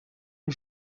une